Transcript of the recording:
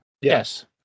Yes